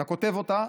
אתה כותב אותה,